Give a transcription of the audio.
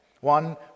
one